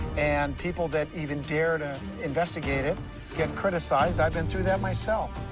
and people that even dare to investigate it get criticized. i've been through that myself.